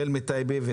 החל מטייבה.